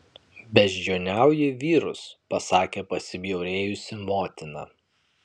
beždžioniauji vyrus pasakė pasibjaurėjusi motina